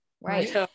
Right